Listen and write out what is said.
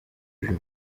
uyu